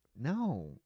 no